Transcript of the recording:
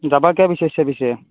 যাব কিয় বিচাৰিছা পিছে